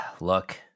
Look